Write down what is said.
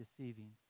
deceiving